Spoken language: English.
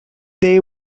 they